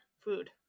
food